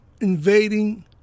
invading